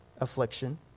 affliction